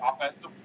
offensive